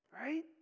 Right